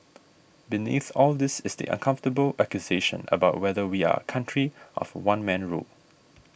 beneath all this is the uncomfortable accusation about whether we are a country of one man rule